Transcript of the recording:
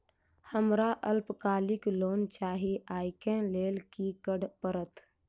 हमरा अल्पकालिक लोन चाहि अई केँ लेल की करऽ पड़त?